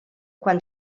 quan